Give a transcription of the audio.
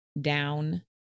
down